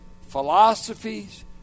philosophies